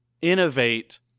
innovate